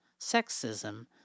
sexism